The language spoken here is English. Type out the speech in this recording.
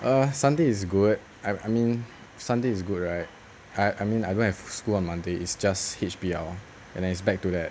err sunday is good I I mean sunday is good right I I mean I don't have school on monday is just H_B_L and then it's back to that